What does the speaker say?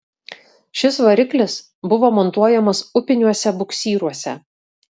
šis variklis buvo montuojamas upiniuose buksyruose